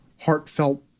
heartfelt